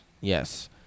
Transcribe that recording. Yes